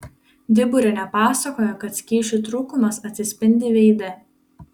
diburienė pasakojo kad skysčių trūkumas atsispindi veide